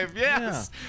Yes